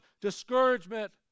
discouragement